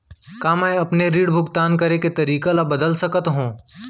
का मैं अपने ऋण भुगतान करे के तारीक ल बदल सकत हो?